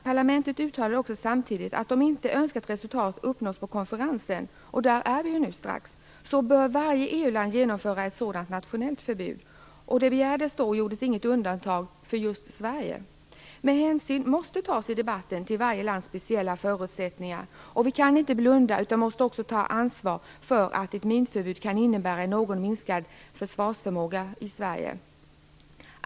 Parlamentet uttalade samtidigt att om inte önskat resultat uppnås på konferensen - och där är vi nu strax - bör varje EU-land genomföra ett sådant nationellt förbud. Det gjordes då inget undantag för just Sverige. Hänsyn måste i debatten tas till varje lands speciella förutsättningar, och vi kan inte blunda utan måste också ta ansvar för att ett minförbud kan innebära en något minskad försvarsförmåga i Sverige.